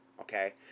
Okay